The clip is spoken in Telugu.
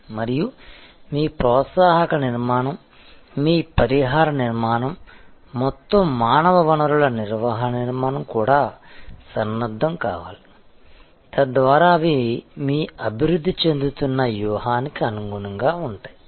మరియు మీ ప్రోత్సాహక నిర్మాణం మీ పరిహార నిర్మాణం మొత్తం మానవ వనరుల నిర్వహణ నిర్మాణం కూడా సన్నద్ధం కావాలి తద్వారా అవి మీ అభివృద్ధి చెందుతున్న వ్యూహానికి అనుగుణంగా ఉంటాయి